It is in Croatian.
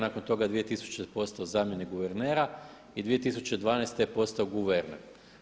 Nakon toga je 2000. postao zamjenik guvernera i 2012. je postao guverner.